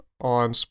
on